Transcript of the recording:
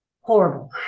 horrible